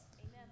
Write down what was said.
Amen